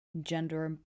gender